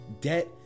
debt